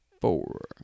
Four